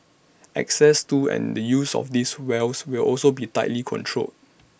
access to and the use of these wells will also be tightly controlled